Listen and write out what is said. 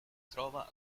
trova